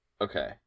Okay